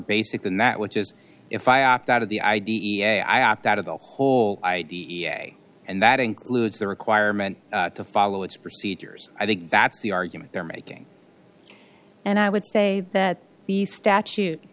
basic than that which is if i opt out of the i d e a i opt out of the whole idea and that includes the requirement to follow its procedures i think that's the argument they're making and i would say that the statute